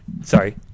Sorry